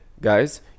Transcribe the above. Guys